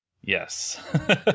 yes